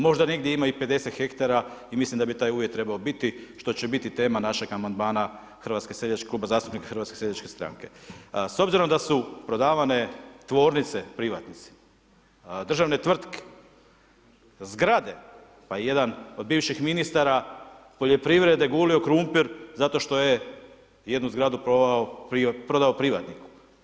Možda negdje ima i 50 hektara i mislim da bi taj uvjet trebao biti što će biti tema našeg amandmana Kluba zastupnika HSS-a S obzirom da su prodavane tvornice privatnicima, državne tvrtke, zgrade pa i jedan od bivših ministara poljoprivrede gulio krumpir zato što je jednu zgradu prodao privatniku.